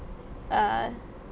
err